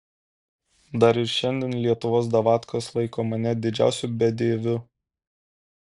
dar ir šiandien lietuvos davatkos laiko mane didžiausiu bedieviu